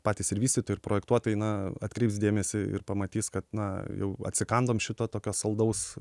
patys ir vystytojai ir projektuotojai na atkreips dėmesį ir pamatys kad na jau atsikandom šito tokio saldaus